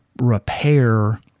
repair